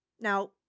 Now